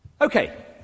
Okay